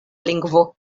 lingvo